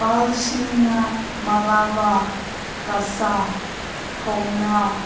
ꯄꯥꯜꯁꯤꯡꯅ ꯃꯂꯥꯕꯥ ꯀꯁꯥ ꯍꯧꯅ